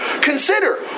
consider